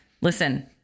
listen